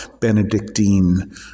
Benedictine